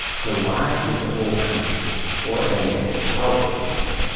so why did the whole country or anyway, the powerful people,